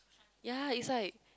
ya is like